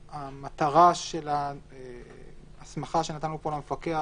המטרה של ההסמכה שנתנו פה למפקח